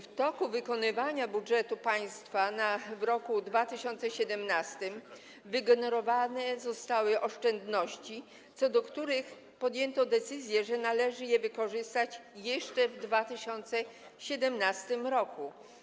W toku wykonywania budżetu państwa w roku 2017 wygenerowane zostały oszczędności, co do których podjęto decyzję, że należy je wykorzystać jeszcze w 2017 r.